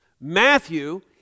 Matthew